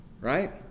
right